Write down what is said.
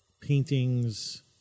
paintings